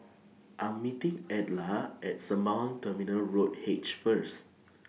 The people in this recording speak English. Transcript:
I Am meeting Edla At Sembawang Terminal Road H First